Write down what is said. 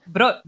Bro